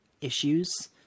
issues